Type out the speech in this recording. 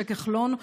משה כחלון,